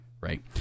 Right